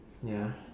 ya